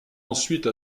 ensuite